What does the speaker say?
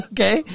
Okay